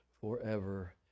forever